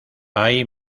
hay